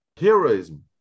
heroism